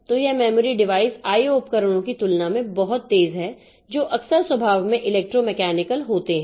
तो यह memory device IO उपकरणों की तुलना में बहुत तेज हैं जो अक्सर स्वभाव में इलेक्ट्रो मैकेनिकल होते हैं